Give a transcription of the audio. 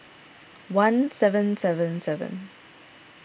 one seven seven seven